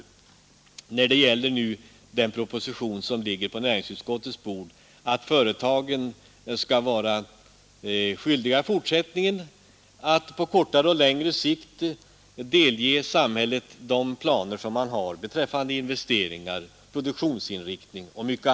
På näringsutskottets bord ligger det en proposition, i vilken föreslås att företagen i fortsättningen skall vara skyldiga att på kortare och längre sikt delge samhället sina planer beträffande investeringar, produktionsinriktning och annat.